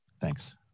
Thanks